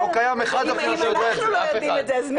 לא קיים אחד שיודע על זה.